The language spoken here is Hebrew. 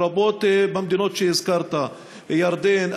לרבות במדינות שהזכרת: ירדן,